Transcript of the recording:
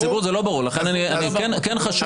לא, לציבור זה לא ברור, לכן כן חשוב לי.